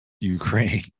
Ukraine